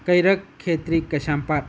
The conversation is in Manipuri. ꯀꯩꯔꯛ ꯈꯦꯇ꯭ꯔꯤ ꯀꯩꯁꯥꯝꯄꯥꯠ